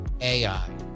AI